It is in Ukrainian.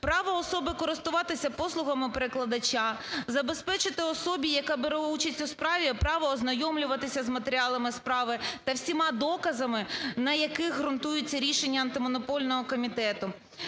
право особи користуватися послугами перекладача; забезпечити особі, яка бере участь у справі, право ознайомлюватися з матеріалами справи та всіма доказами, на яких ґрунтується рішення Антимонопольного комітету;